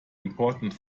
important